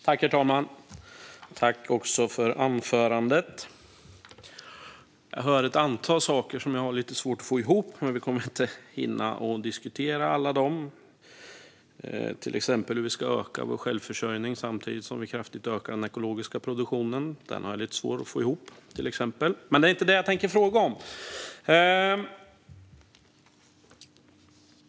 Herr talman! Tack, ledamoten, för anförandet! Jag hör ett antal saker som jag har lite svårt att få ihop, men vi kommer inte att hinna diskutera alla dem. Till exempel har jag lite svårt att få ihop hur vi ska öka vår självförsörjning samtidigt som vi kraftigt ökar den ekologiska produktionen. Men det är inte det jag tänker fråga om.